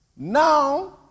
Now